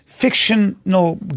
fictional